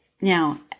now